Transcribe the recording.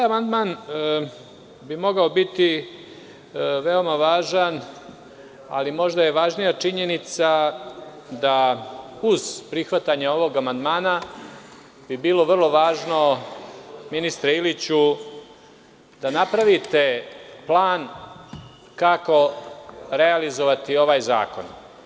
Ovaj amandman bi mogao biti veoma važan, ali možda je važnija činjenica da bi uz prihvatanje ovog amandmana bilo vrlo važno, ministre Iliću, da napravite plan kako realizovati ovaj zakon.